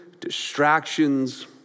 distractions